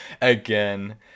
Again